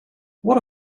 what